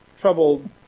troubled